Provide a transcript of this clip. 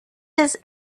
his